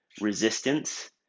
resistance